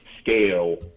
scale